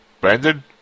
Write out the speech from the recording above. Brandon